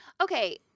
Okay